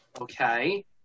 Okay